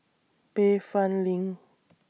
Bayfront LINK